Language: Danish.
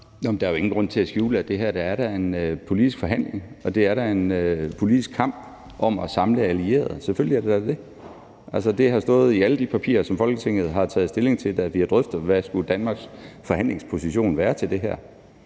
Der jo ingen grund til at skjule, at det her da er en politisk forhandling, og det er en politisk kamp om at samle allierede. Selvfølgelig er det da det. Det har stået i alle de papirer, som Folketinget har taget stilling til, da vi drøftede, hvad Danmarks forhandlingsposition skulle være til det her.